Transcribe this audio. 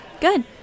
Good